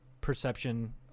perception